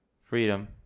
Freedom